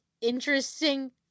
interesting